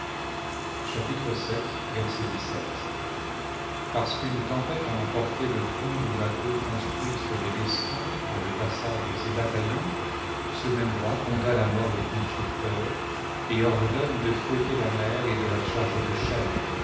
parce qu'une tempête a emporté le pont de bateaux construit sur thellespont pour le passage de ses bataillons ce même roi condamne à mort le constructeur et ordonne de fouetter la mer et de la charger de chaînes